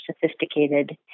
sophisticated